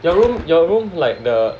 your room your room like the